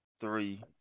three